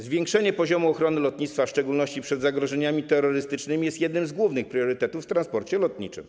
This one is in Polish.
Zwiększenie poziomu ochrony lotnictwa w szczególności przed zagrożeniami terrorystycznymi jest jednym z głównych priorytetów w transporcie lotniczym.